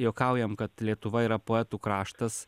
juokaujam kad lietuva yra poetų kraštas